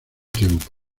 tiempo